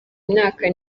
myaka